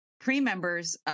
pre-members